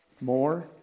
more